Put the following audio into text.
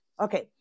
Okay